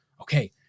Okay